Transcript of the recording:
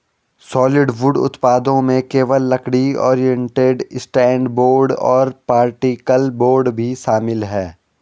solid wood उत्पादों में केवल लकड़ी, ओरिएंटेड स्ट्रैंड बोर्ड और पार्टिकल बोर्ड भी शामिल है